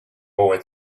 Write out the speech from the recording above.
boy